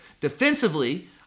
Defensively